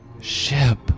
Ship